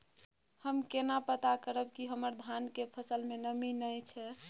हम केना पता करब की हमर धान के फसल में नमी नय छै?